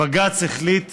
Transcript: בג"ץ החליט